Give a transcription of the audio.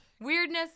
weirdness